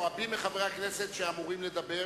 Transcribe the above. רובי, אני הייתי פעם